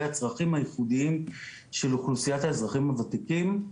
הצרכים הייחודיים של אוכלוסיית האזרחים הוותיקים.